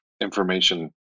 information